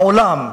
העולם,